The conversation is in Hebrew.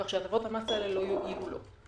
כך שהטבות המס האלה לא יועילו לו.